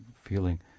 feeling